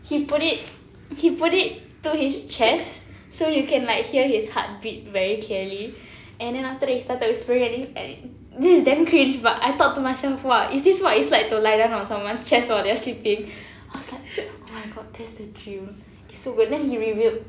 he put it he put it to his chest so you can like hear his heartbeat very clearly and then after that he started whispering and this is damn cringe but I thought to myself !wah! is this what it's like to lie down on someone's chest while they're sleeping oh my god that's the dream it's so good then he revealed